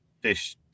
Fish